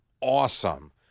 awesome